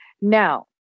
Now